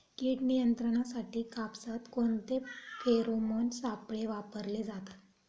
कीड नियंत्रणासाठी कापसात कोणते फेरोमोन सापळे वापरले जातात?